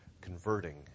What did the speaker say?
converting